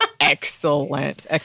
excellent